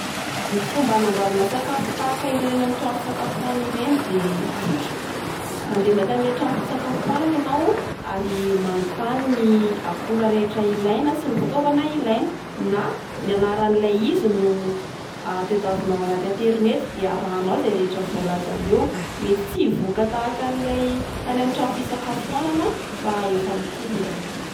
Ny fomba anamboarana sakafo tahaka ireny any amin'ny trano fisakafoanana ireny de tsotra: mande mankany amin'ilay trano fisakafoanana ianao ary manontany ny akora rehetra ilaina sy ny fitaovana ilaina na ny anaran'ilay izy no a tedavinao any anaty aterineto de arahanao izay rehetra voalaza eo, mety tsy hivoaka tahakan'ilay tany amin'ny trano fisakafoanana fa efa mitovy aloha.